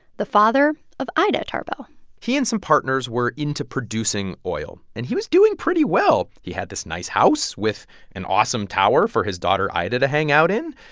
the father of ida tarbell he and some partners were into producing oil. and he was doing pretty well. he had this nice house with an awesome tower for his daughter, ida, to hang out in.